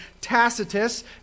Tacitus